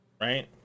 Right